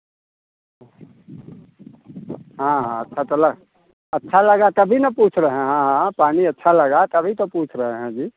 हाँ हाँ सतल अच्छा लगा तभी ना मैं पूछ रहे हैं हाँ पानी अच्छा लगा तभी तो पूछ रहे हैं जी